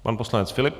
Pan poslanec Filip.